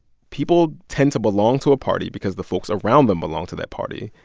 people tend to belong to a party because the folks around them belong to that party,